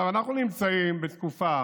אנחנו נמצאים בתקופה